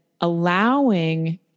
allowing